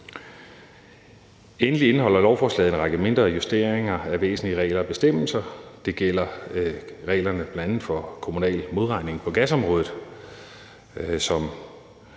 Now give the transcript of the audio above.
Endelig indeholder lovforslaget en række mindre justeringer af væsentlige regler og bestemmelser. Det gælder bl.a. reglerne om kommunal modregning på gasområdet, som